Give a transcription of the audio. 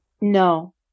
No